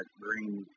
green